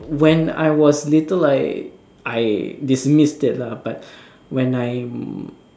when I was little like I dismissed it lah but when I